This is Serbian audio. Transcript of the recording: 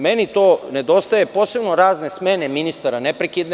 Meni to nedostaje, posebno razne smene ministara neprekidne.